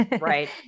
Right